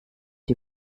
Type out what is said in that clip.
die